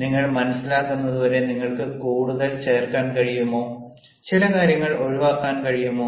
നിങ്ങൾ മനസിലാക്കുന്നതുവരെ നിങ്ങൾക്ക് കൂടുതൽ ചേർക്കാൻ കഴിയുമോ ചില കാര്യങ്ങൾ ഒഴിവാക്കാൻ കഴിയുമോ